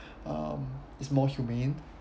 um it's more humane